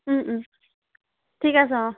ওম ওম ঠিক আছে অ